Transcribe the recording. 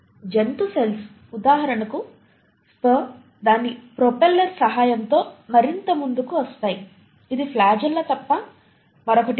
జంతు సెల్స్ ఉదాహరణకు స్పెర్మ్ దాని ప్రొపెల్లర్ సహాయంతో మరింత ముందుకు వస్తాయి ఇది ఫ్లాగెల్లా తప్ప మరొకటి కాదు